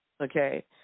okay